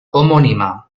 homónima